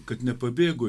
kad nepabėgo